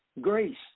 Grace